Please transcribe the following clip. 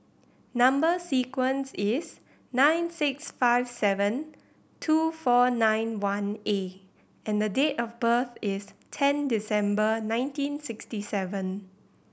number sequence is nine six five seven two four nine one A and date of birth is ten December nineteen sixty seven